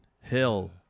Hill